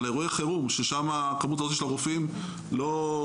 על אירועי חירום, ששם כמות הרופאים היא לא,